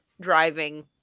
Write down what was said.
driving